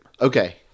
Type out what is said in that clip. Okay